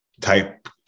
type